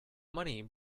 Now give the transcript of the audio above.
money